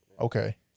okay